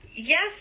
Yes